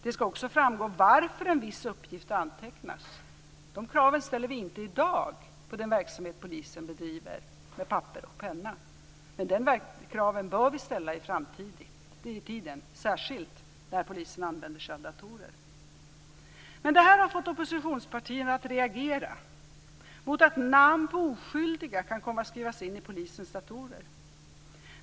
Det skall också framgå varför en viss uppgift antecknats. De kraven ställer vi inte i dag på den verksamhet som polisen bedriver med papper och penna, men de kraven bör vi ställa i framtiden, särskilt när polisen använder sig av datorer. Det här har fått oppositionspartierna att reagera mot att namn på oskyldiga kan komma att skrivas in i polisens datorer.